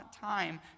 time